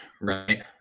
Right